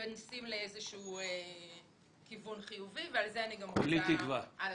מתכנסים לכיוון חיובי ועל זה אני גם רוצה להודות.